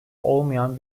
olmayan